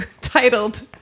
titled